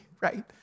right